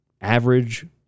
average